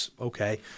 okay